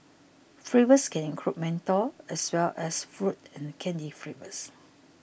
flavours can include menthol as well as fruit and candy flavours